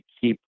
keep